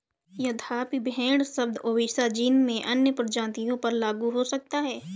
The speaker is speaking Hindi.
यद्यपि भेड़ शब्द ओविसा जीन में अन्य प्रजातियों पर लागू हो सकता है